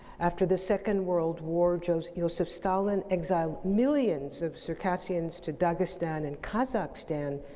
after the second world war, joseph joseph stalin exiled millions of circassians to dagestan and kazakhstan,